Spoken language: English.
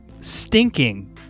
Stinking